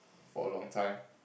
for a long time